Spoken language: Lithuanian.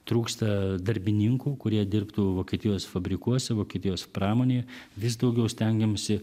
trūksta darbininkų kurie dirbtų vokietijos fabrikuose vokietijos pramonėje vis daugiau stengiamasi